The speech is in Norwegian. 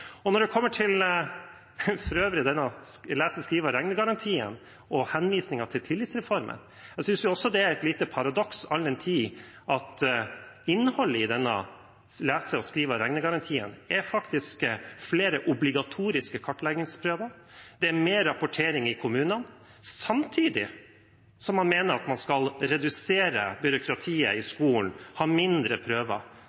videre. Når det for øvrig kommer til denne lese-, skrive- og regnegarantien og henvisningen til tillitsreformen, synes jeg det er et lite paradoks all den tid innholdet i denne lese-, skrive- og regnegarantien faktisk er flere obligatoriske kartleggingsprøver og mer rapportering i kommunene, samtidig som man mener at man skal redusere byråkratiet i